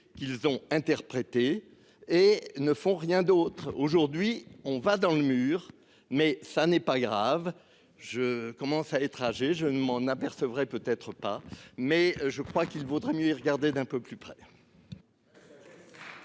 qu'ils ont interprété et ne font rien d'autre. Aujourd'hui on va dans le mur, mais ça n'est pas grave, je commence à être âgés. Je ne m'en apercevrait peut être pas, mais je crois qu'il vaudrait mieux y regarder d'un peu plus près.